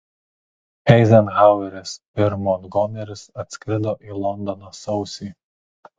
eizenhaueris ir montgomeris atskrido į londoną sausį